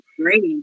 great